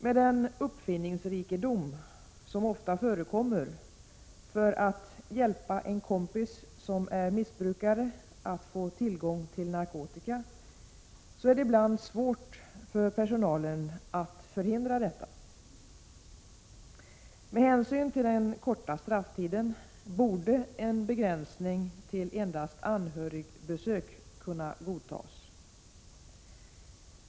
Med den uppfinningsrikedom som ofta förekommer när det gäller att, som det brukar heta, hjälpa en kompis som är missbrukare att få tillgång till narkotika, är det ibland svårt för personalen att förhindra att narkotika införs via de besökande. Med hänsyn till den korta strafftiden borde en begränsning till endast anhörigbesök kunna godtas.